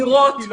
המציאות היא לא